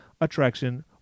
attraction